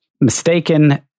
mistaken